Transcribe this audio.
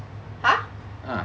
!huh!